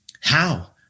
How